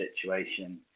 situation